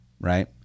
right